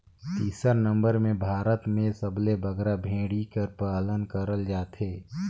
तीसर नंबर में भारत में सबले बगरा भेंड़ी कर पालन करल जाथे